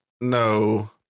No